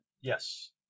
Yes